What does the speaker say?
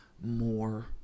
more